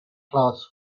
class